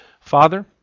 Father